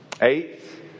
Eighth